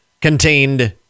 contained